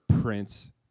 prince